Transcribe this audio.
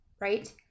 right